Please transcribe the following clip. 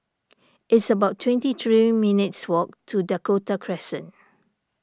it's about twenty three minutes' walk to Dakota Crescent